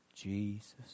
Jesus